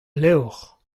levr